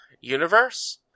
universe